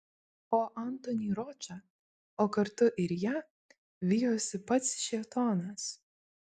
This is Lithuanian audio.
o antonį ročą o kartu ir ją vijosi pats šėtonas